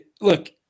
look